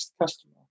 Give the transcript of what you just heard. customer